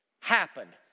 happen